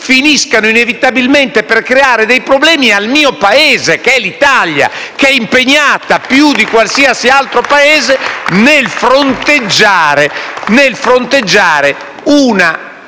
finiscano inevitabilmente per creare dei problemi al mio Paese, l'Italia, che è impegnata più di qualsiasi altro Paese nel fronteggiare una